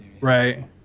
Right